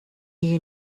you